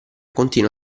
continua